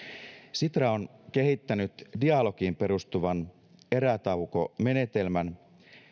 sitra on kehittänyt dialogiin perustuvan erätauko menetelmän